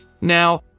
Now